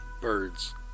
birds